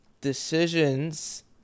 decisions